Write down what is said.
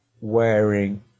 wearing